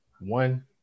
one